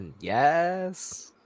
Yes